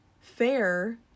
Fair